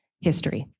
history